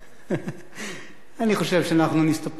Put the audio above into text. אני חושב שאנחנו נסתפק,